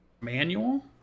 Manual